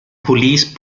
police